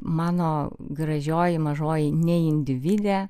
mano gražioji mažoji neindvidė